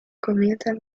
comienzan